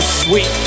sweet